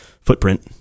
footprint